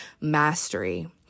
Mastery